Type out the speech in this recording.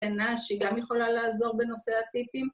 אינה, שהיא גם יכולה לעזור בנושא הטיפים